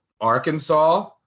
Arkansas